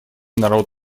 народ